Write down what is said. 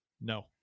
no